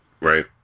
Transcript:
right